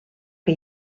que